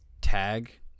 Tag